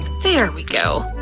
there we go!